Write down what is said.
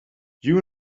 you